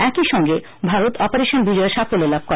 একই সঙ্গে ভারত অপারেশন বিজয়ে সাফল্য লাভ করে